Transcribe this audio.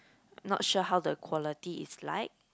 not sure how the quality is like